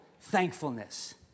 thankfulness